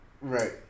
right